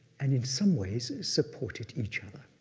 and in some ways supported each other.